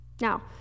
Now